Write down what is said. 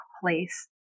place